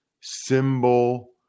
Symbol